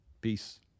Peace